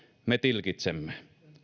me tilkitsemme